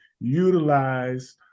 utilize